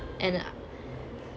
and uh